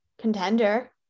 contender